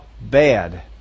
bad